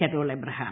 Carol Abraham